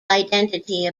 identity